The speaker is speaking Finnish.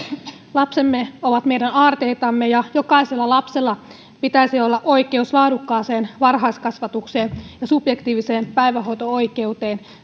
lapsemme ovat meidän aarteitamme ja jokaisella lapsella pitäisi olla oikeus laadukkaaseen varhaiskasvatukseen ja subjektiiviseen päivähoito oikeuteen